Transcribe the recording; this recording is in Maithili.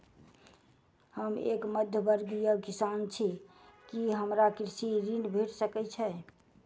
हम एक मध्यमवर्गीय किसान छी, की हमरा कृषि ऋण भेट सकय छई?